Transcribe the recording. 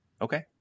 Okay